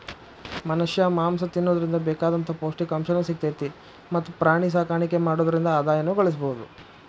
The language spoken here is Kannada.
ಮನಷ್ಯಾ ಮಾಂಸ ತಿನ್ನೋದ್ರಿಂದ ಬೇಕಾದಂತ ಪೌಷ್ಟಿಕಾಂಶನು ಸಿಗ್ತೇತಿ ಮತ್ತ್ ಪ್ರಾಣಿಸಾಕಾಣಿಕೆ ಮಾಡೋದ್ರಿಂದ ಆದಾಯನು ಗಳಸಬಹುದು